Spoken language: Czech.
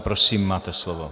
Prosím, máte slovo.